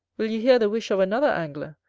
will you hear the wish of another angler,